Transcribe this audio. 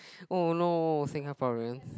oh no Singaporean